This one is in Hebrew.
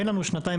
אין לנו שנתיים,